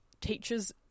teachers